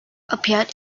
appeared